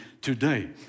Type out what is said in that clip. today